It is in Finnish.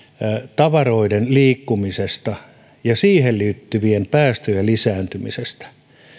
tavaroiden liikkumisesta ja siihen liittyvien päästöjen lisääntymisestä